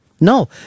No